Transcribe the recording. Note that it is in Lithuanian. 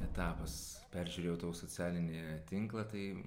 etapas peržiūrėjau tavo socialinį tinklą tai